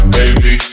baby